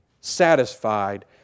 satisfied